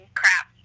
crap